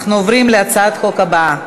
אנחנו עוברים להצעת החוק הבאה,